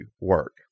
work